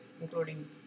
including